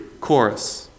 chorus